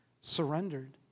surrendered